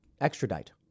extradite